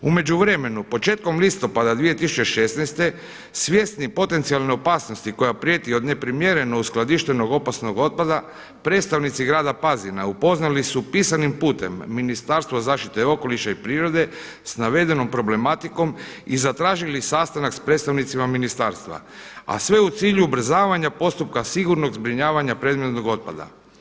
U međuvremenu početkom listopada 2016. svjesni potencijalne opasnosti koja prijeti od neprimjereno uskladištenog opasnog otpada predstavnici grada Pazina upoznali su pisanim putem Ministarstvo zaštite okoliša i prirode sa navedenom problematikom i zatražili sastanak sa predstavnicima ministarstva a sve u cilju ubrzavanja postupka sigurnog zbrinjavanja predmetnog otpada.